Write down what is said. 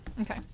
okay